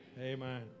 Amen